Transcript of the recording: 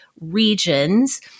regions